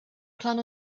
plan